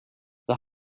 the